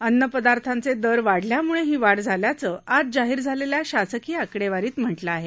अन्नपदार्थांचे दर वाढल्यामुळे ही वाढ झाल्याचं आज जाहीर झालेल्या शासकीय आकडेवारीत म्हटलं आहे